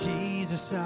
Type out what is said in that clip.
Jesus